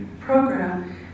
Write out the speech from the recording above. program